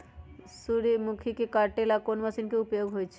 सूर्यमुखी के काटे ला कोंन मशीन के उपयोग होई छइ?